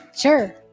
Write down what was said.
Sure